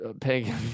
pagan